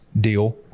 deal